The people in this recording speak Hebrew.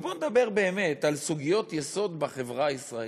ובוא נדבר באמת על סוגיות יסוד בחברה הישראלית,